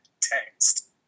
text